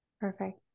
Perfect